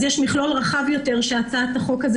אז יש מכלול רחב יותר שהצעת החוק הזאת